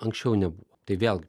anksčiau nebuvo tai vėlgi